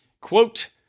Quote